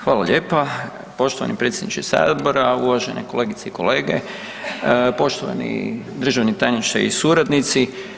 Hvala lijepa poštovani predsjedniče Sabora, uvažene kolegice i kolege, poštovani državni tajniče i suradnici.